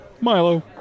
Milo